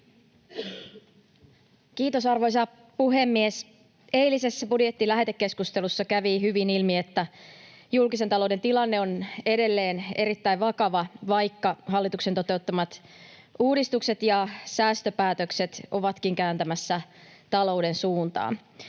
Kiitos, arvoisa puhemies! Eilisessä budjettilähetekeskustelussa kävi hyvin ilmi, että julkisen talouden tilanne on edelleen erittäin vakava, vaikka hallituksen toteuttamat uudistukset ja säästöpäätökset ovatkin kääntämässä talouden suuntaa.